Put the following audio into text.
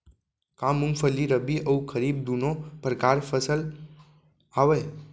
का मूंगफली रबि अऊ खरीफ दूनो परकार फसल आवय?